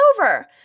over